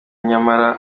nyamara